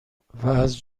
واز